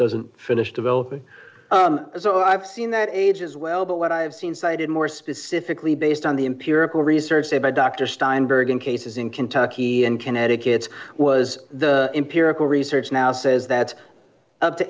doesn't finish developing so i've seen that age as well but what i have seen cited more specifically based on the empirical research say by dr steinberg in cases in kentucky and connecticut was the empirical research now says that up t